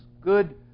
good